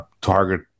target